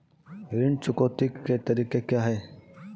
ऋण चुकौती के तरीके क्या हैं?